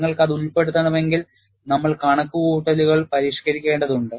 നിങ്ങൾക്കത് ഉൾപ്പെടുത്തണമെങ്കിൽ നമ്മൾ കണക്കുകൂട്ടലുകൾ പരിഷ്ക്കരിക്കേണ്ടതുണ്ട്